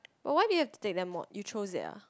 but why did you have to take that mod you chose it ah